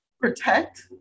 protect